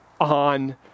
on